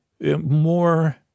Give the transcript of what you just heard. More